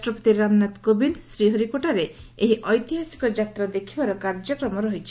ରାଷ୍ଟ୍ରପତି ରାମନାଥ କୋବିନ୍ଦ ଶ୍ରୀହରିକୋଟାରେ ଏହି ଐତିହାସିକ ଯାତ୍ରା ଦେଖିବାର କାର୍ଯ୍ୟକ୍ରମ ରହିଛି